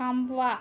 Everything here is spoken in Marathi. थांबवा